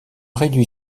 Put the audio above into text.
réduit